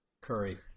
Curry